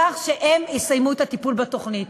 כך שהם יסיימו את הטיפול בתוכנית.